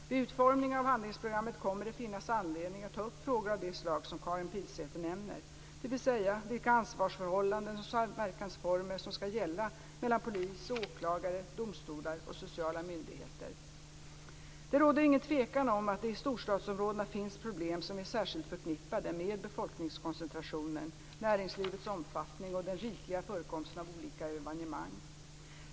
Vid utformningen av handlingsprogrammet kommer det att finnas anledning att ta upp frågor av det slag som Karin Pilsäter nämner, dvs. vilka ansvarsförhållanden och samverkansformer som skall gälla mellan polis, åklagare, domstolar och sociala myndigheter. Det råder ingen tvekan om att det i storstadsområdena finns problem som är särskilt förknippade med befolkningskoncentrationen, näringslivets omfattning och den rikliga förekomsten av olika evenemang.